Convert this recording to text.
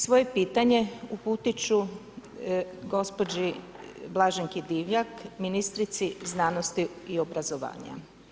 Svoje pitanje uputiti ću gospođi Blaženki Divjak, ministrici znanosti i obrazovanja.